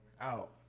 Out